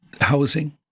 housing